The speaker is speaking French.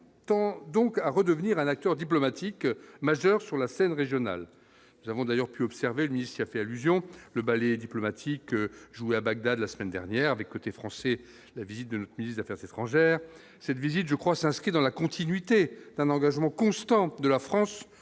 tend donc à redevenir un acteur diplomatique majeur sur la scène régionale, nous avons d'ailleurs pu observer une minute si y a fait allusion, le ballet diplomatique jouer à Bagdad la semaine dernière avec, côté français, la visite de notre ministre d'affaires s'étrangère cette visite, je crois, s'inscrit dans la continuité d'un engagement constant de la France